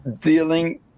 dealing